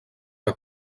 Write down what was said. que